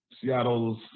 Seattle's